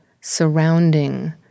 surrounding